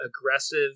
Aggressive